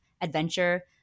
adventure